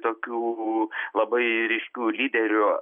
tokių labai ryškių lyderių